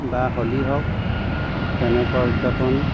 বা হোলী হওক তেনেকুৱা উদযাপন